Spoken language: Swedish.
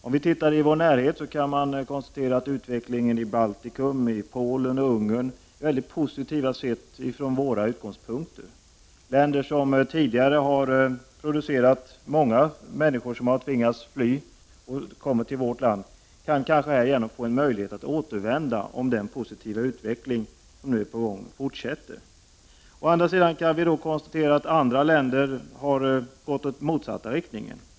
Om man tittar i vår närhet, kan man konstatera att utvecklingen i Baltikum, i Polen och i Ungern är väldigt positiv, sett från våra utgångspunkter. Många människor som tidigare har tvingats fly till vårt land kan kanske härigenom få en möjlighet att återvända, om den positiva utveckling som nu är på gång fortsätter. Å andra sidan kan vi konstatera att andra länder har gått i den motsatta riktningen.